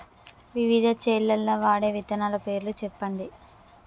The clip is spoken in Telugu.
వివిధ చేలల్ల వాడే విత్తనాల పేర్లు చెప్పండి?